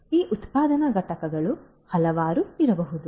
ಈ ಉತ್ಪಾದನಾ ಘಟಕಗಳು ಹಲವಾರು ಇರಬಹುದು